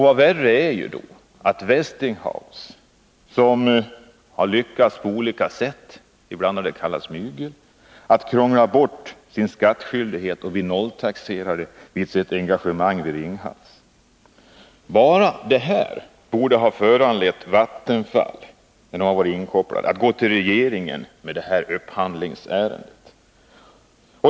Vad värre är: Det är Westinghouse som på olika sätt — ibland har det kallats mygel — har lyckats krångla bort all skattskyldighet och bli nolltaxerare vid sitt engagemang vid Ringhals. Bara detta borde ha föranlett Vattenfall, som varit inkopplat, att gå till regeringen med detta upphandlingsärende.